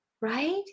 right